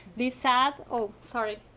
these said oh sorry,